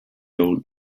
old